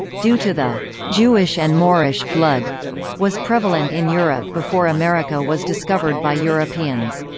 due to the jewish and moorish blood was prevalent in europe before america was discovered by europeans.